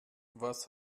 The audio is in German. was